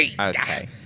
Okay